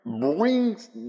brings